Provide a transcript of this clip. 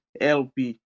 LP